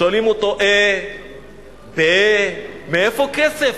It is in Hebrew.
שואלים אותו: אֶהה, פֶּהה, מאיפה כסף?